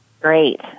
Great